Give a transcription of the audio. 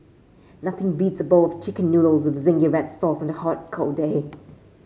nothing beats a bowl of chicken noodles with zingy red sauce on a hot cold day